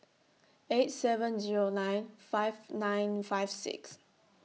eight seven Zero nine five nine five six